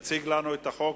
שעה) (תיקון מס' 12). יציג את החוק,